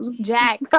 Jack